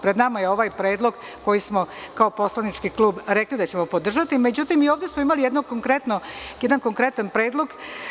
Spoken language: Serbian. Pred nama je jedan predlog koji smo kao poslanički klub rekli da ćemo podržati, međutim, i ovde smo imali jedan konkretan predlog.